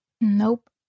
Nope